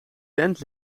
tent